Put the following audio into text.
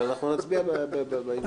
אבל אנחנו נצביע עליהן.